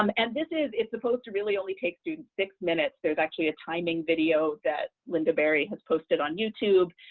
um and this is, it's supposed to really only takes students six minutes, there's actually a timing video that linda barry has posted on youtube,